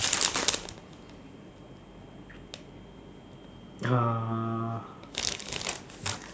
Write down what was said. uh